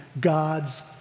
God's